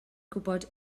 gwybod